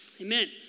Amen